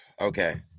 Okay